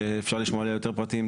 שתכף אפשר יהיה לשמוע עליה יותר פרטים,